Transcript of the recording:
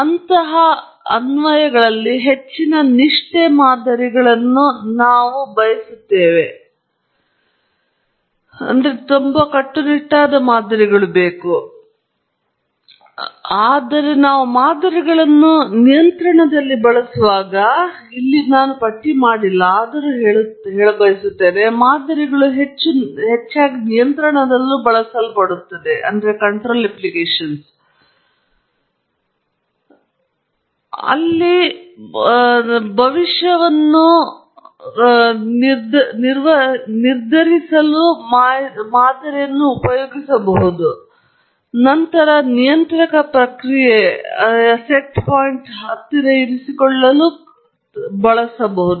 ಅಂತಹ ಅನ್ವಯಗಳಲ್ಲಿ ಹೆಚ್ಚಿನ ನಿಷ್ಠೆ ಮಾದರಿಗಳನ್ನು ನಾವು ಬಯಸುತ್ತೇವೆ ಆದರೆ ನಾವು ಮಾದರಿಗಳನ್ನು ನಿಯಂತ್ರಣದಲ್ಲಿ ಬಳಸುವಾಗ ನಾನು ಇಲ್ಲಿ ಪಟ್ಟಿ ಮಾಡದಿದ್ದರೂ ಮಾದರಿಗಳು ಹೆಚ್ಚು ನಿಯಂತ್ರಣದಲ್ಲಿ ಬಳಸಲ್ಪಡುತ್ತವೆ ಅಲ್ಲಿ ಮಾದರಿ ಪ್ರಕ್ರಿಯೆ ಶಿರೋನಾಮೆ ಎಲ್ಲಿದೆ ಎಂಬ ಭವಿಷ್ಯವನ್ನು ಮಾಡುತ್ತದೆ ಮತ್ತು ನಂತರ ನಿಯಂತ್ರಕ ಪ್ರಕ್ರಿಯೆಯ ಪ್ರತಿಕ್ರಿಯೆ ಸೆಟ್ ಪಾಯಿಂಟ್ ಹತ್ತಿರ ಇರಿಸಿಕೊಳ್ಳಲು ಕ್ರಿಯೆಯನ್ನು ತೆಗೆದುಕೊಳ್ಳುತ್ತದೆ